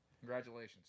Congratulations